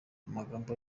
amagambo